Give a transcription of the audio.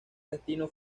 destino